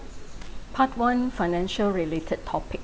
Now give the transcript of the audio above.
part one financial related topic